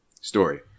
story